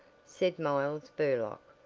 said miles burlock.